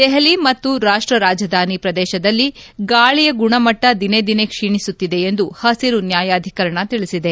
ದೆಹಲಿ ಮತ್ತು ರಾಷ್ಟ ರಾಜಧಾನಿ ಪ್ರದೇಶದಲ್ಲಿ ಗಾಳಿಯ ಗುಣಮಟ್ಟ ದಿನೇದಿನೆ ಕ್ಷೀಣಿಸುತ್ತಿದೆ ಎಂದು ಹಸಿರು ನ್ಯಾಯಾಧೀಕರಣ ತಿಳಿಸಿದೆ